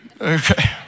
Okay